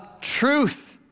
truth